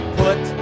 put